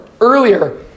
earlier